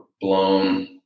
blown